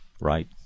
right